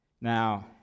Now